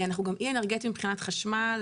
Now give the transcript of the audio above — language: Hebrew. אנחנו גם אי-אנרגטיים מבחינת חשמל,